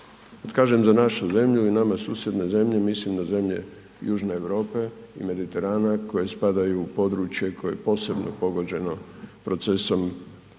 Kažem za našu zemlju i nama susjedne zemlje mislim na zemlje južne Europe i Mediterana koje spadaju u područje koje je posebno pogođeno procesom